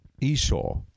Esau